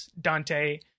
Dante